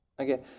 okay